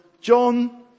John